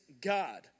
God